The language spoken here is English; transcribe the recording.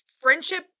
friendship